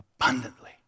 Abundantly